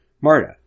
Marta